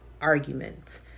argument